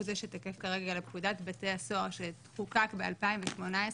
זה שתקף כרגע לפקודת בתי הסוהר שחוקק ב-2018,